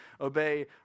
obey